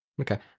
Okay